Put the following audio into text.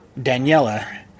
Daniela